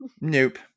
Nope